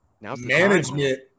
management –